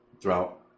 throughout